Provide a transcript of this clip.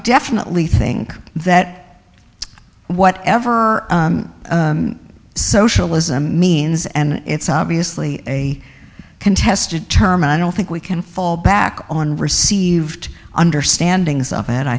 definitely think that whatever socialism means and it's obviously a contested term and i don't think we can fall back on received understandings of it i